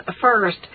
first